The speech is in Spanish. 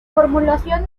formulación